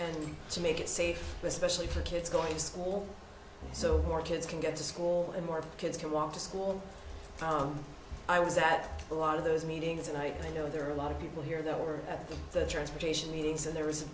and to make it safe especially for kids going to school so more kids can get to school and more kids can walk to school i was at a lot of those meetings and i know there are a lot of people here that are the transportation meetings and there